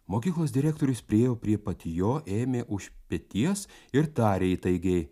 mokyklos direktorius priėjo prie pat jo ėmė už peties ir tarė įtaigiai